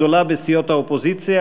הגדולה בסיעות האופוזיציה,